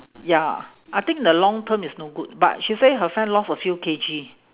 ya I think in the long term is no good but she say her friend lost a few K_G